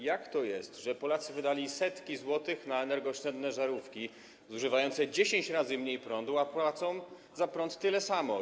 Jak to jest, że Polacy wydali setki złotych na energooszczędne żarówki, zużywające 10 razy mniej prądu, a płacą za prąd tyle samo?